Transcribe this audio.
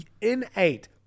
innate